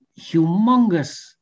humongous